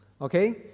Okay